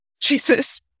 Jesus